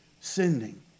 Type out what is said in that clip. sending